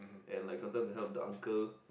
and like sometimes to help the uncle